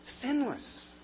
sinless